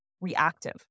reactive